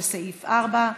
לסעיף 4,